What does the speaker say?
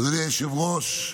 אדוני היושב-ראש,